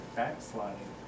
backsliding